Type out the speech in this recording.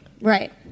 right